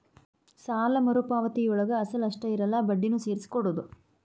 ಸಾಲ ಮರುಪಾವತಿಯೊಳಗ ಅಸಲ ಅಷ್ಟ ಇರಲ್ಲ ಬಡ್ಡಿನೂ ಸೇರ್ಸಿ ಕೊಡೋದ್